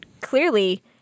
clearly